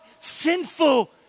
sinful